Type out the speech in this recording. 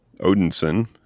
Odinson